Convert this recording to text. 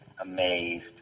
amazed